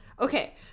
Okay